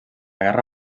guerra